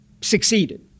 succeeded